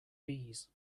bees